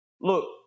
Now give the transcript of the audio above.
Look